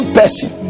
person